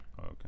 okay